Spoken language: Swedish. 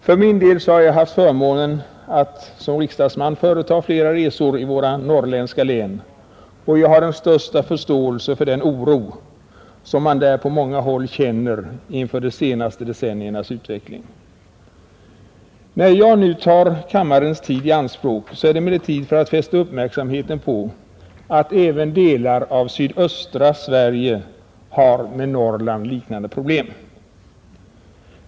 För min del har jag haft förmånen att som riksdagsman företa flera resor i våra norrländska län, och jag har den största förståelse för den oro, som man där på många håll känner inför de senaste decenniernas utveckling. När jag nu tar kammarens tid i anspråk så är det emellertid för att fästa uppmärksamheten på att även delar av sydöstra Sverige har problem liknande dem i Norrland.